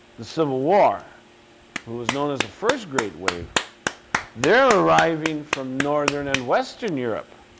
the civil war who was known as the first great wave they're arriving from northern and western europe